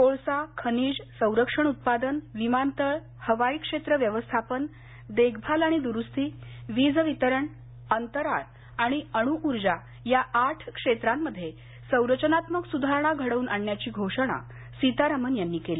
कोळसाखनीजसंरक्षण उत्पादनविमानतळहवाई क्षेत्र व्यवस्थापनदेखभाल आणि दुरूस्ती वीज वितरणअंतराळ आणि अणू ऊर्जा या आठ क्षेत्रांमध्ये संरचनात्मक सुधारणा घडवून आणण्याची घोषणा सीतारामन यांनी केली